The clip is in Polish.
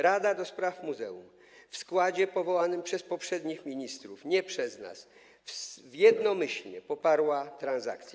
Rada do spraw muzeów w składzie powołanym przez poprzednich ministrów, nie przez nas, jednomyślnie poparła transakcję.